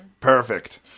perfect